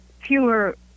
fewer